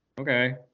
Okay